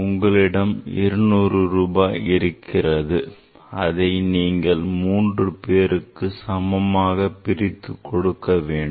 உங்களிடம் 200 ரூபாய் இருக்கிறது அதை நீங்கள் மூன்று பேருக்கு சமமாகப் பிரித்துக் கொடுக்க வேண்டும்